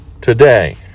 today